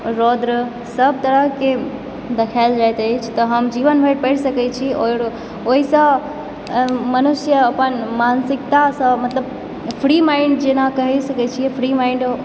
रौद्र सभ तरहकेँ देखायल जाइत अछि तऽ हम जीवन भरि पढि सकैत छी आओर ओहिसँ मनुष्य अपन मानसिकतासँ मतलब फ्री माइण्ड जेना कहि सकैत छियै फ्री माइण्ड